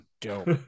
dope